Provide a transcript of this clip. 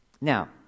Now